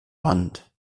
wand